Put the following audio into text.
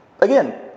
Again